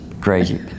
crazy